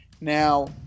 Now